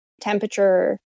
temperature